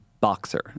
boxer